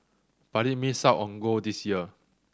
but it missed out on gold this year